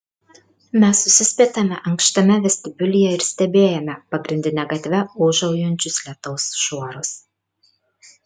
mes susispietėme ankštame vestibiulyje ir stebėjome pagrindine gatve ūžaujančius lietaus šuorus